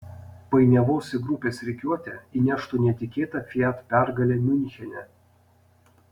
painiavos į grupės rikiuotę įneštų netikėta fiat pergalė miunchene